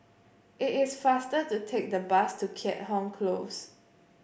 it is faster to take the bus to Keat Hong Close